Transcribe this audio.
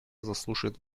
заслушает